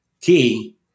key